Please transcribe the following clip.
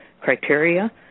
criteria